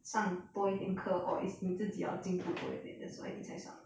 上多一点课 or is 你自己要进步多一点 that's why 你才上